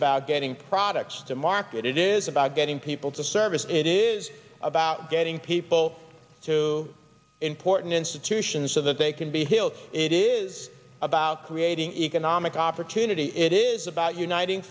about getting products to market it is about getting people to service it is about getting people to important institutions so that they can be healed it is about creating economic opportunity it is about uniting